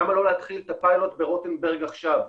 למה לא להתחיל את הפיילוט ברוטנברג עכשיו?